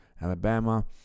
alabama